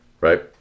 right